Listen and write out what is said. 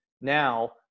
now